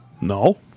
No